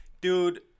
dude